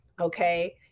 okay